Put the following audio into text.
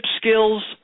skills